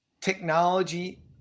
technology